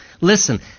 Listen